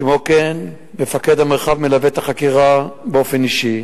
כמו כן, מפקד המרחב מלווה את החקירה באופן אישי.